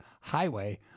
highway